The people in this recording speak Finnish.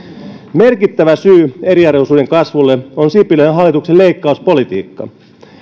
merkittävä syy eriarvoisuuden kasvulle on sipilän hallituksen leikkauspolitiikka